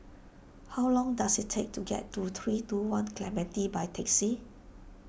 how long does it take to get to three two one Clementi by taxi